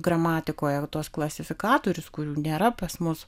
gramatikoje tuos klasifikatorius kurių nėra pas mus